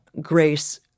Grace